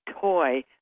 toy